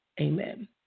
Amen